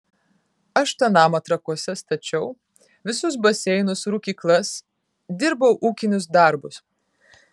aš tą namą trakuose stačiau visus baseinus rūkyklas dirbau ūkinius darbus